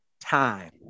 time